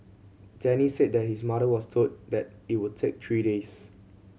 Denny said that his mother was told that it would take three days